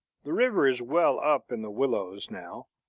the river is well up in the willows now.